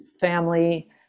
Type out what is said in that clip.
family